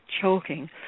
choking